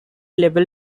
level